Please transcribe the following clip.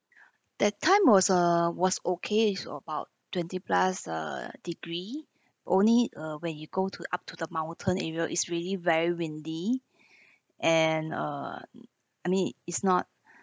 that time was uh was okay so about twenty plus uh degree only uh when you go to up to the mountain area is really very windy and uh I mean is not